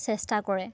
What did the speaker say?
চেষ্টা কৰে